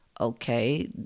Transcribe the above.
Okay